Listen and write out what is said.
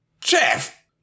Jeff